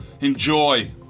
Enjoy